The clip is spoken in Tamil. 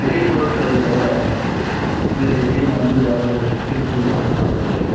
விதைப் பொருட்களை தவிர வேற எதையும் வந்து அவர்கள் இருப்பு வைத்து கொள்வதில்லை